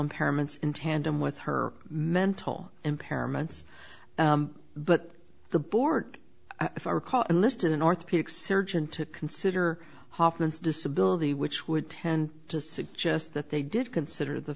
impairments in tandem with her mental impairments but the board i recall enlisted an orthopedic surgeon to consider hoffman's disability which would tend to suggest that they did consider the